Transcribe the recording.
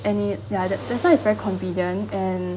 and it ya that that's why it's very convenient and